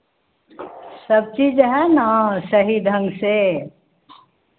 सब चीज़ है ना सही ढंग से